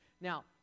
Now